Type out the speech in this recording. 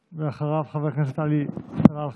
ואחריו, חבר הכנסת עלי סלאלחה.